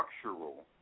structural